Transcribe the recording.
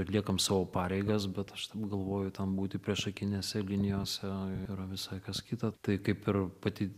atliekam savo pareigas bet aš taip galvoju ten būti priešakinėse linijose yra visai kas kita tai kaip ir pati